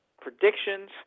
predictions